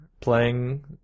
playing